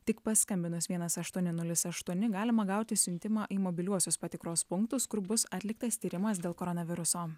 tik paskambinus vienas aštuoni nulis aštuoni galima gauti siuntimą į mobiliuosius patikros punktus kur bus atliktas tyrimas dėl koronaviruso